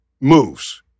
moves